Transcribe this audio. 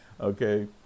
Okay